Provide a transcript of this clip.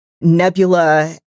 Nebula